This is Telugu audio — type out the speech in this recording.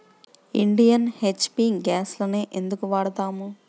ఇండియన్, హెచ్.పీ గ్యాస్లనే ఎందుకు వాడతాము?